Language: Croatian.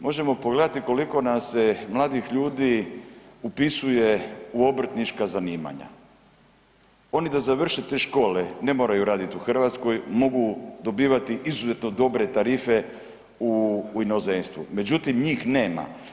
Možemo pogledati koliko nam se mladih ljudi upisuje u obrtnička zanimanja, oni da završe te škole ne moraju raditi u Hrvatskoj, mogu dobivati izuzetno dobre tarife u inozemstvu, međutim njih nema.